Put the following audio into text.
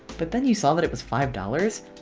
but then you saw that it was five dollars,